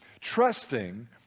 trusting